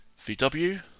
VW